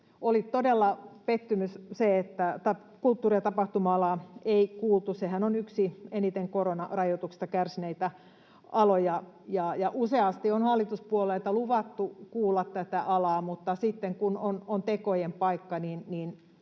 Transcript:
Oli todella pettymys, että kulttuuri‑ ja tapahtuma-alaa ei kuultu. Sehän on yksi eniten koronarajoituksista kärsineitä aloja, ja useasti on hallituspuolueista luvattu kuulla tätä alaa, mutta sitten kun on tekojen paikka,